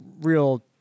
real